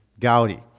Gaudi